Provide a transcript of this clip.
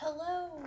Hello